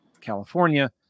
California